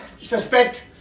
suspect